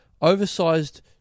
oversized